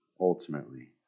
ultimately